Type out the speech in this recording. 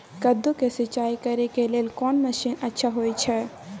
कद्दू के सिंचाई करे के लेल कोन मसीन अच्छा होय छै?